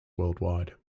worldwide